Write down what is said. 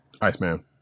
Iceman